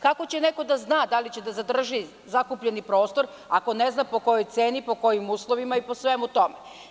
Kako će neko da zna da li će da zadrži zakupljeni prostor ako ne zna po kojoj ceni, po kojim uslovima i po svemu tome?